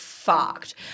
Fucked